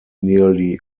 nearly